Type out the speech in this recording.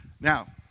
Now